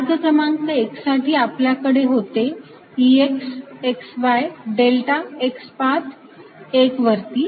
मार्ग क्रमांक 1 साठी आपल्याकडे होते Ex xy delta x path 1 वरती